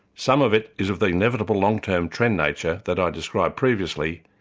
some of it is of the inevitable long-term trend nature that i described previously,